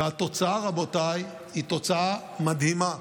והתוצאה, רבותיי, היא תוצאה מדהימה: